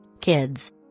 kids